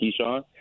Keyshawn